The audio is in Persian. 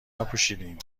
نپوشیدین